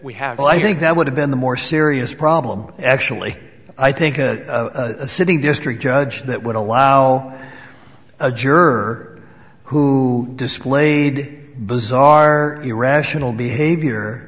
we have i think that would have been the more serious problem actually i think a sitting district judge that would allow a juror who displayed bizarre irrational behavior